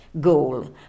Goal